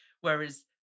Whereas